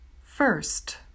first